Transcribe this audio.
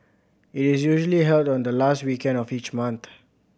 it is usually held on the last weekend of each month